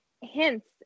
hints